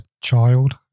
child